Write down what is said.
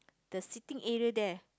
the sitting area there